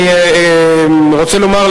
אני רוצה לומר,